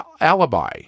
alibi